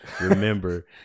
remember